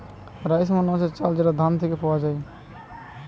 rice মানে হচ্ছে চাল যেটা ধান থিকে পাওয়া যায়